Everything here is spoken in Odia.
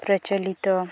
ପ୍ରଚଳିତ